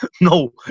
no